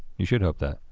you should hope that.